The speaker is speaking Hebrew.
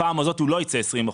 הפעם הזאת הוא לא ייצא 20%,